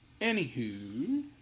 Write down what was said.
anywho